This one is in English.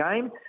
game